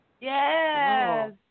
Yes